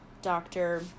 doctor